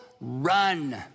run